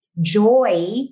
joy